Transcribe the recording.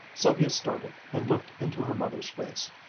sylvia started and looked into her mother's face.